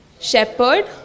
shepherd